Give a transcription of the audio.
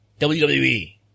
WWE